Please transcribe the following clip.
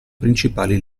principali